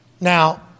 Now